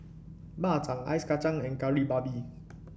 Bak Chang Ice Kacang and Kari Babi